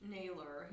Naylor